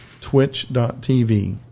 twitch.tv